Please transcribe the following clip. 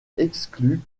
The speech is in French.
exclus